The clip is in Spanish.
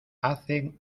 hacen